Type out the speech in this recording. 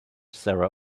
sarah